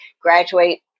graduate